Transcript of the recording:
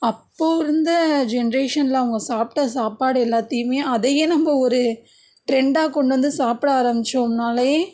அப்போ இருந்த ஜென்ரேஷனில் அவங்க சாப்பிட்ட சாப்பாடு எல்லாத்தையுமே அதையே நம்ப ஒரு ட்ரெண்டாக கொண்டு வந்து சாப்பிட ஆரமிச்சோம்னாலே